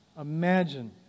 imagine